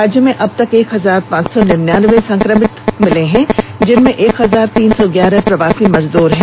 राज्य में अब तक एक हजार पांच सौ निन्यनाबे संक्रमित मिले हैं जिनमें एक हजार तीन सौ ग्यारह प्रवासी मजदूर शामिल हैं